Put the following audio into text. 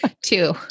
Two